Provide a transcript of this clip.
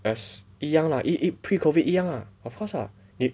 as 一样 lah pre pre COVID 一样 lah of cause lah